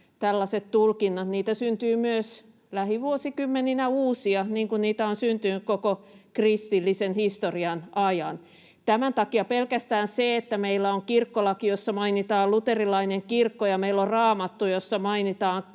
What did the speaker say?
tällaisia tulkintoja syntyy myös lähivuosikymmeninä uusia, niin kuin niitä on syntynyt koko kristillisen historian ajan. Tämän takia pelkästään se, että meillä on kirkkolaki, jossa mainitaan luterilainen kirkko ja mainitaan Raamattu, ei itsessään